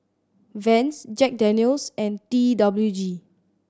Vans Jack Daniel's and T W G